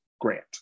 grant